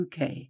UK